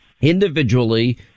individually